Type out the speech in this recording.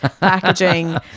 packaging